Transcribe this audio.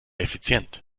effizient